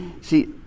See